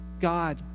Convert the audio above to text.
God